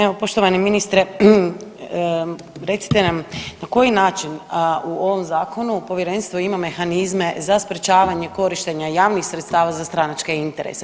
Evo poštovani ministre, recite nam na koji način u ovom zakonu povjerenstvo ima mehanizme za sprječavanje korištenja javnih sredstva za stranačke interese.